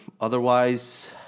Otherwise